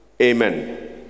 amen